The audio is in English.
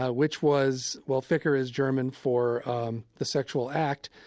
ah which was, well ficker is german for the sexual act,